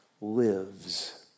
lives